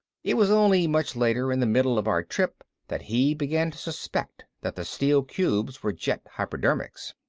it was only much later, in the middle of our trip, that he began to suspect that the steel cubes were jet hypodermics.